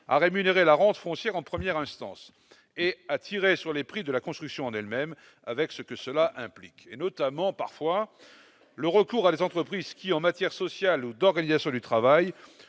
à rémunérer la rente foncière en première instance et a tiré sur les prix de la construction en elle-même, avec ce que cela implique et notamment parfois le recours à des entreprises qui, en matière sociale ou d'organisation du travail